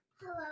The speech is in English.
Hello